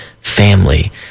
family